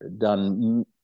done